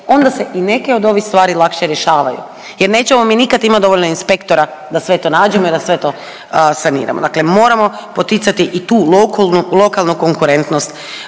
onda se i neke od ovih stvari lakše rješavaju jer nećemo mi nikad imat dovoljno inspektora da sve to nađemo i da sve to saniramo. Dakle, moramo poticati i tu lokalnu konkurentnost